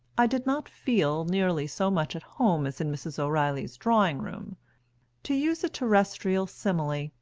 i did not feel nearly so much at home as in mrs. o'reilly's drawing-room to use a terrestrial simile,